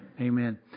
Amen